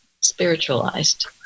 spiritualized